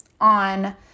on